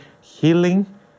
healing